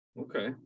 Okay